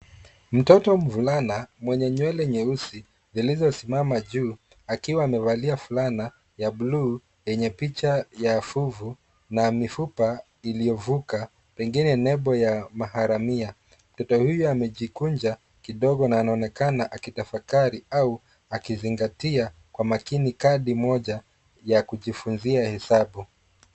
Mtoto mvulana mwenye nywele nyeusi zilizosimama juu akiwa amevalia fulana ya bluu yenye picha ya fuvu na mifupa iliyovuka pengine lebo ya maharamia. Mtoto huyu amejikunja kidogo na anaonekana akitafakari au akizingatia kwa makini kadi moja ya kujifunzia hesabu.